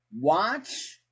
watch